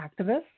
activists